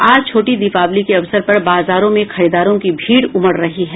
आज छोटी दीपावली के अवसर पर बाजारों में खरीदारों की भीड़ उमड़ रही है